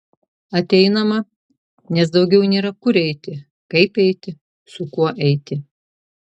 ateinama nes daugiau nėra kur eiti kaip eiti su kuo eiti